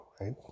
right